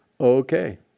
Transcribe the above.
okay